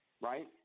right